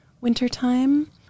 wintertime